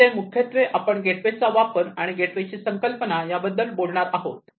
यामध्ये मुख्यत्वे आणि आपण गेटवे चा वापर आणि गेटवे ची संकल्पना या बद्दल बोलणार आहोत